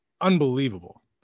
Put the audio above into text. unbelievable